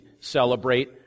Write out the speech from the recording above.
celebrate